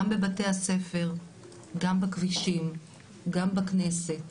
גם בבתי הספר, גם בכבישים, גם בכנסת,